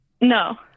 No